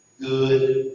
Good